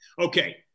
Okay